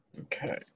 Okay